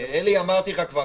אלי, אמרתי לך כבר.